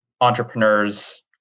entrepreneurs